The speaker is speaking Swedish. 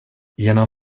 genom